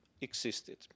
existed